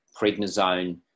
prednisone